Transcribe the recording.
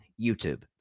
YouTube